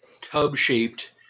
tub-shaped